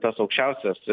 tos aukščiausios